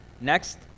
Next